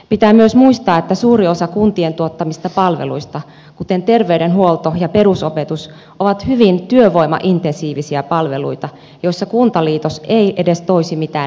pitää myös muistaa että suuri osa kuntien tuottamista palveluista kuten terveydenhuolto ja perusopetus ovat hyvin työvoimaintensiivisiä palveluita joissa kuntaliitos ei edes toisi mitään lisäarvoa